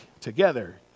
together